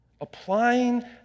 applying